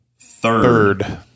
Third